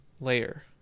layer